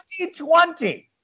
2020